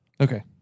Okay